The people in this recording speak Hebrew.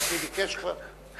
גפני כבר ביקש.